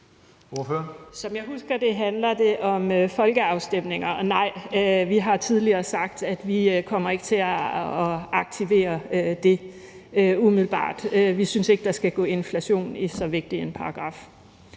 Som jeg husker det, handler det om folkeafstemninger, og svaret er nej. Vi har tidligere sagt, at vi ikke kommer til at aktivere den umiddelbart. Vi synes ikke, der skal gå inflation i så vigtig en paragraf.